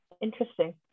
Interesting